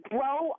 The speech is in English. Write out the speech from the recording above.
Grow